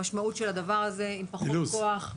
המשמעות של הדבר הזה היא פחות כוח,